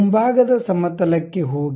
ಮುಂಭಾಗದ ಸಮತಲ ಕ್ಕೆ ಹೋಗಿ